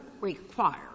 require